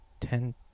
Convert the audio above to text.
Ten